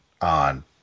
on